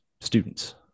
students